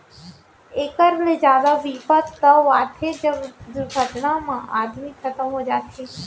एकर ले जादा बिपत तव आथे जब दुरघटना म आदमी खतम हो जाथे